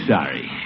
Sorry